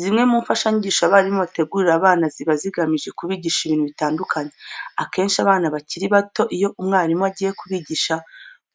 Zimwe mu mfashanyigisho abarimu bategurira abana ziba zigamije kubigisha ibintu bitandukanye. Akenshi abana bakiri bato iyo umwarimu agiye kubigisha